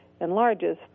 enlarges